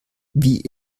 wie